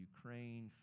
Ukraine